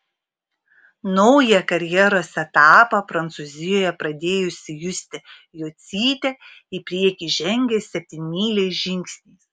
naują karjeros etapą prancūzijoje pradėjusi justė jocytė į priekį žengia septynmyliais žingsniais